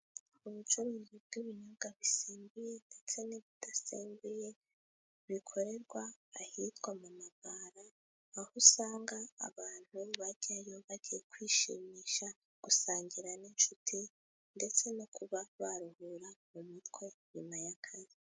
Ubucuruzi bw'ibinyobwa bisembuye ndetse n'ibidasembuye, bikorerwa ahitwa mu mabara, aho usanga abantu bajyayo bagiye kwishimisha, gusangira n'inshuti, ndetse no kuba baruhura mu mutwe nyuma y'akazi.